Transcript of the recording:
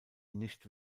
nicht